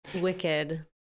wicked